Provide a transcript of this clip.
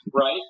Right